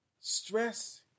stress